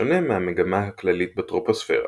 בשונה מהמגמה הכללית בטרופוספירה.